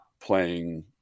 playing